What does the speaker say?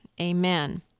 amen